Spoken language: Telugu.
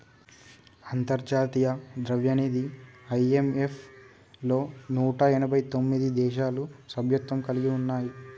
అంతర్జాతీయ ద్రవ్యనిధి ఐ.ఎం.ఎఫ్ లో నూట ఎనభై తొమ్మిది దేశాలు సభ్యత్వం కలిగి ఉన్నాయి